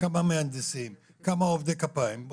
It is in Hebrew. כמה מהנדסים, כמה עובדי כפיים.